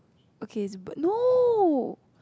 okay it's burned no